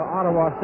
Ottawa